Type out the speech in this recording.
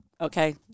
okay